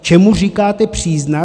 Čemu říkáte příznak.